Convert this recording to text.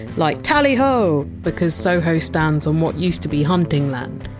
like tally-ho! because soho stands on what used to be hunting land.